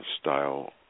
style